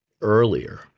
earlier